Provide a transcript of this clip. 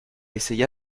essaya